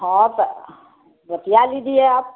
हाँ तो बतिया लीजिए आप